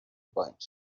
point